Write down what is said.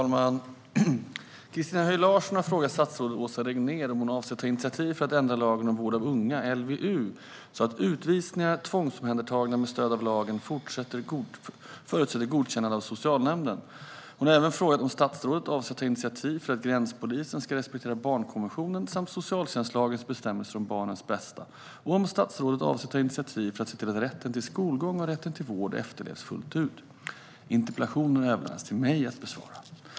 Fru talman! Christina Höj Larsen har frågat statsrådet Åsa Regnér om hon avser att ta initiativ för att ändra lagen om vård av unga, LVU, så att utvisningar av tvångsomhändertagna med stöd av lagen förutsätter godkännande av socialnämnden. Hon har även frågat om statsrådet avser att ta initiativ för att gränspolisen ska respektera barnkonventionen samt socialtjänstlagens bestämmelser om barnets bästa och om statsrådet avser att ta initiativ för att se till att rätten till skolgång och rätten till vård efterlevs fullt ut. Interpellationen har överlämnats till mig att besvara.